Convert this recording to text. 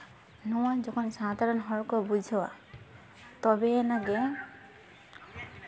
ᱱᱤᱣᱟ ᱡᱚᱠᱷᱚᱱ ᱥᱟᱶᱛᱟ ᱨᱮᱱ ᱦᱚᱲᱠᱚ ᱵᱩᱡᱷᱟᱹᱣᱟ ᱛᱚᱵᱮ ᱟᱱᱟᱜᱮ